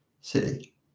city